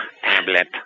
tablet